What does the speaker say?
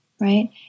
right